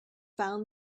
found